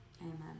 amen